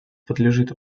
подлежит